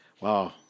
wow